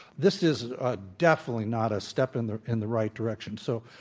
this is ah definitely not a step in the in the right direction. so,